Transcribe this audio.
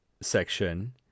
section –